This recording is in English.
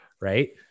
Right